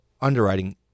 underwriting